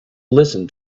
listen